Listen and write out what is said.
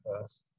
first